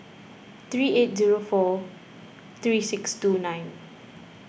three eight zero four three six two nine